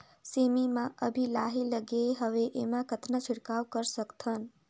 सेमी म अभी लाही लगे हवे एमा कतना छिड़काव कर सकथन?